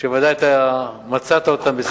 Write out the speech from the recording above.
שוודאי מצאת אותם בספרי התקציב.